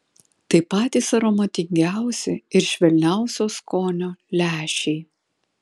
tai patys aromatingiausi ir švelniausio skonio lęšiai